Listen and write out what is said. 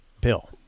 Bill